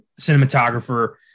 Cinematographer